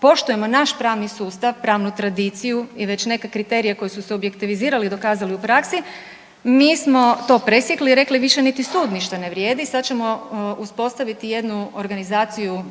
poštujemo naš pravni sustav, pravnu tradiciju i već neke kriterije koji su se objektivizirali i dokazali u praksi, mi smo to presjekli i rekli više niti sud ništa ne vrijedi, sad ćemo uspostaviti jednu organizaciju